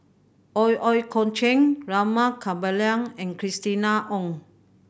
Ooi Kok Chuen Rama Kannabiran and Christina Ong